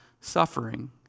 suffering